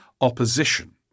opposition